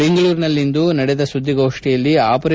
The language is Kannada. ಬೆಂಗಳೂರಿನಲ್ಲಿಂದು ನಡೆದ ಸುದ್ದಿಗೋಷ್ಠಿಯಲ್ಲಿ ಅಪರೇ